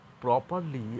properly